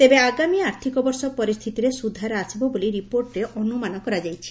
ତେବେ ଆଗାମୀ ଆର୍ଥିକ ବର୍ଷ ପରିସ୍ସିତିରେ ସ୍ୱଧାର ଆସିବ ବୋଲି ରିପୋର୍ଟରେ ଆନୁମାନ କରାଯାଇଛି